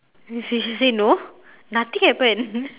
she say she say no nothing happened